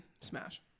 smash